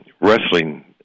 wrestling